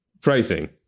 Pricing